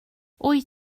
wyt